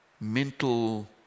mental